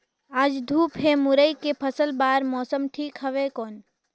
आज धूप हे मुरई के फसल बार मौसम ठीक हवय कौन?